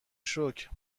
شکر